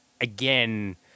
again